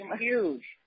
huge